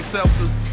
Celsius